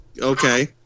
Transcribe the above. Okay